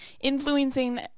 Influencing